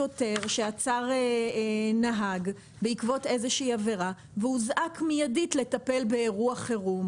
שוטר שעצר נהג בעקבות איזושהי עבירה והוזעק מיידית לטפל באירוע חירום,